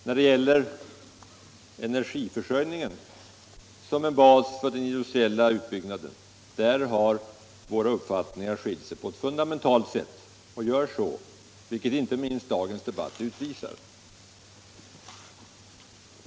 När det gäller energiförsörjningen och dess egenskap av bas för den industriella utbyggnaden har våra uppfattningar skilt sig på ett fundamentalt sätt och gör så fortfarande vilket inte minst dagens debatt utvisar.